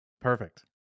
Perfect